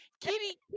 kitty